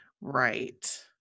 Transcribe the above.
right